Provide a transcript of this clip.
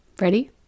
Ready